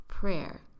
prayer